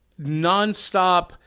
nonstop